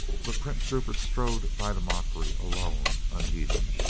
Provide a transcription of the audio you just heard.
but prince rupert strode by the mockery, alone, unheeding.